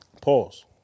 Pause